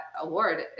award